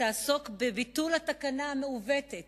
שתעסוק בביטול התקנה המעוותת